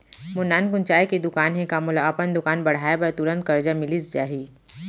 मोर नानकुन चाय के दुकान हे का मोला अपन दुकान बढ़ाये बर तुरंत करजा मिलिस जाही?